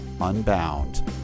unbound